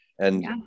And-